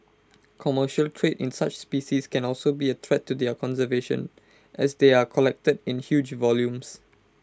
commercial trade in such species can also be A threat to their conservation as they are collected in huge volumes